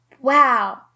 Wow